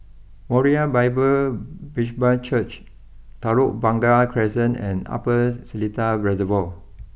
Moriah Bible Presby Church Telok Blangah Crescent and Upper Seletar Reservoir